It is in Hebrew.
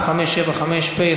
נתקבלה.